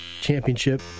championship